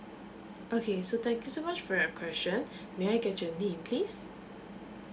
okay so thank you so much for your question may I get your name please